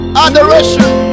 adoration